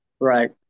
Right